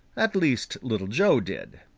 at least, little joe did.